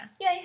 Yay